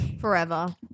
Forever